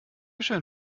schön